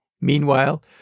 Meanwhile